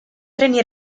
treni